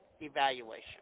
evaluation